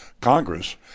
Congress